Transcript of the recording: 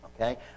okay